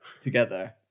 together